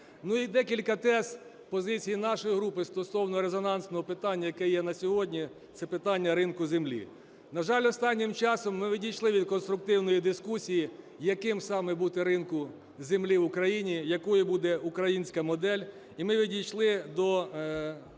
декілька тез позиції нашої групи стосовно резонансного питання, яке є на сьогодні, - це питання ринку землі. На жаль, останнім часом ми відійшли від конструктивної дискусії, яким саме бути ринку землі в Україні, якою буде українська модель. І ми відійшли до